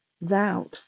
thou